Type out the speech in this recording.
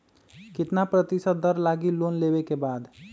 कितना प्रतिशत दर लगी लोन लेबे के बाद?